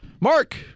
Mark